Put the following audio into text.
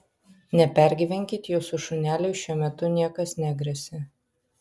nepergyvenkit jūsų šuneliui šiuo metu niekas negresia